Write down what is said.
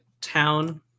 town